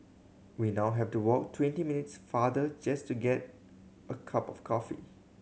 we now have to walk twenty minutes farther just to get a cup of coffee